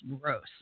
gross